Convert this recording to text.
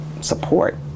support